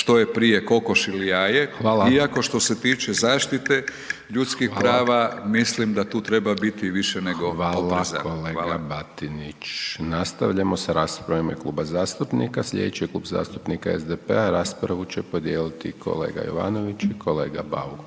što je prije kokoš ili jaje …/Upadica: Hvala./… iako što se tiče zaštite ljudskih prava mislim da tu treba biti više nego oprezan. Hvala. **Hajdaš Dončić, Siniša (SDP)** Hvala kolega Batinić. Nastavljamo sa raspravom u ime kluba zastupnika, slijedeći je Klub zastupnika SDP-a, raspravu će podijeliti kolega Jovanović i kolega Bauk.